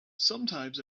sometimes